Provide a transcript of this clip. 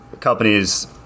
Companies